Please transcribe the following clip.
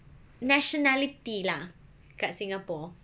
nationality lah kat singapore